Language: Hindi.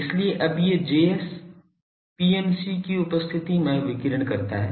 इसलिए अब ये Js PMC की उपस्थिति में विकीर्ण करता हैं